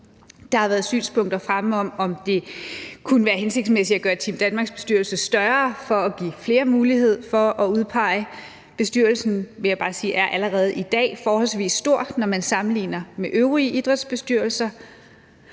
Der har været synspunkter fremme om, om det kunne være hensigtsmæssigt at gøre Team Danmarks bestyrelse større for at give flere mulighed for at udpege bestyrelsen. Jeg vil bare sige, at den allerede i dag er forholdsvis stor, når man sammenligner med øvrige idrætsbestyrelser.